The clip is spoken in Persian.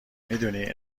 میدونی